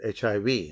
HIV